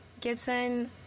gibson